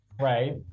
Right